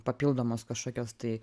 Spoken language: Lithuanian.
papildomos kažkokios tai